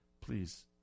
please